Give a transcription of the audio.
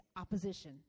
opposition